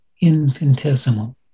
infinitesimal